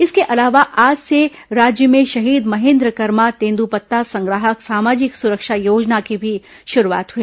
इसके अलावा आज से राज्य में शहीद महेन्द्र कर्मा तेंदूपत्ता संग्राहक सामाजिक सुरक्षा योजना की भी शुरूआत हुई